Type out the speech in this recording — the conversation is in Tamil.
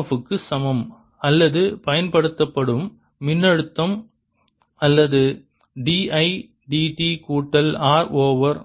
எஃப் க்கு சமம் அல்லது பயன்படுத்தப்படும் மின்னழுத்தம் அல்லது d I d t கூட்டல் R ஓவர்